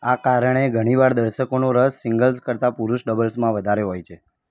આ કારણે ઘણીવાર દર્શકોનો રસ સિંગલ્સ કરતા પુરૂષ ડબલ્સમાં વધારે હોય છે